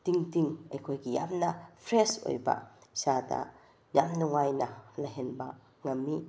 ꯇꯤꯡ ꯇꯤꯡ ꯑꯩꯈꯣꯏꯒꯤ ꯌꯥꯝꯅ ꯐ꯭ꯔꯦꯁ ꯑꯣꯏꯕ ꯏꯁꯥꯗ ꯌꯥꯝ ꯅꯨꯉꯥꯏꯅ ꯂꯩꯍꯟꯕ ꯉꯝꯃꯤ